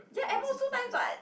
ya at most two times [what]